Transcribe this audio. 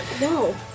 No